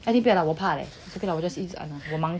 I think 不要啦我怕 leh 不要啦我 just 一直按我忙